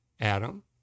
Adam